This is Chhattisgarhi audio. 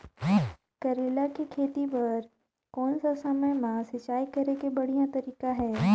करेला के खेती बार कोन सा समय मां सिंचाई करे के बढ़िया तारीक हे?